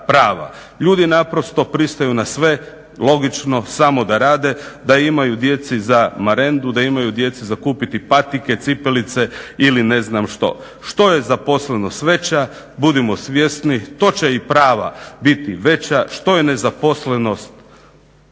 Ljudi naprosto pristaju na sve, logično, samo da rade, da imaju djeci za marendu, da imaju djeci za kupiti patike, cipelice ili ne znam što. Što je zaposlenost veća, budimo svjesni to će i prava biti veća, što je nezaposlenost